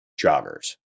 joggers